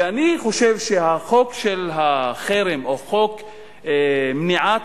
ואני חושב שהחוק של החרם או חוק מניעת